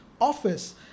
office